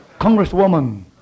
Congresswoman